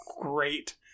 great